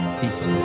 Peace